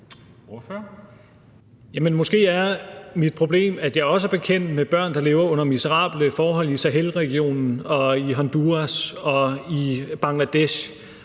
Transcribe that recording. måske er mit problem, at jeg også er bekendt med børn, der lever under miserable forhold i Sahelregionen og i Honduras og i Bangladesh